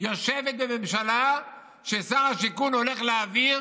יושבת בממשלה ששר השיכון הולך להעביר